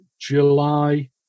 July